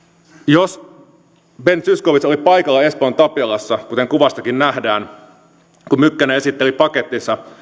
jos ben zyskowicz olit paikalla espoon tapiolassa kuten kuvastakin nähdään kun mykkänen esitteli pakettinsa